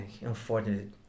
unfortunately